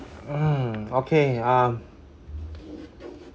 hmm okay um